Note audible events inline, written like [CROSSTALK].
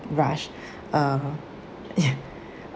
rush uh [BREATH]